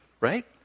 right